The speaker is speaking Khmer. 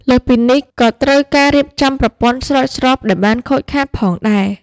លើសពីនេះ ក៏ត្រូវការរៀបចំប្រព័ន្ធស្រោចស្រពដែលបានខូចខាតផងដែរ។